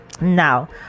Now